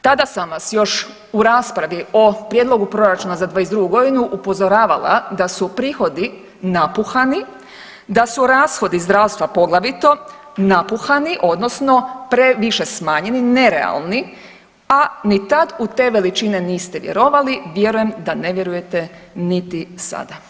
Tada sam vas još u raspravi o Prijedlogu proračuna za 2022. godinu upozoravala da su prihodi napuhani, da su rashodi zdravstva poglavito napuhani odnosno previše smanjeni nerealni, a ni tad u te veličine niste vjerovali, vjerujem da ne vjerujete niti sada.